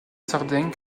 sardaigne